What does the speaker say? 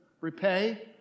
repay